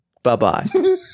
Bye-bye